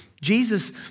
Jesus